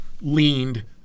leaned